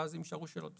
ואז אם יישארו שאלות.